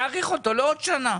להאריך אותו לעוד שנה?